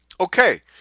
Okay